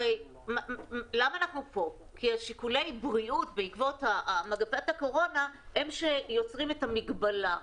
אנחנו פה כי שיקולי הבריאות בעקבות מגפת הקורונה הם שיוצרים את המגבלה.